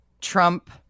Trump